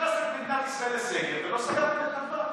הכנסתם את מדינת ישראל לסגר ולא סגרתם את נתב"ג.